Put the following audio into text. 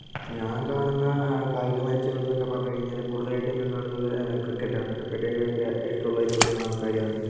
ഞാൻ കാണുന്ന കായിക മാച്ചുകൾ എന്ന് ഒക്കെ പറഞ്ഞു കഴിഞ്ഞാൽ കൂടുതലായിട്ട് ഞാൻ കാണുന്നത് ക്രിക്കറ്റ് ആണ് ക്രിക്കറ്റ് എനിക്ക് ഭയങ്കര ഇഷ്ടമുള്ള ഒരു കാര്യമാണ്